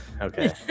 okay